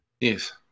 yes